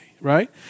Right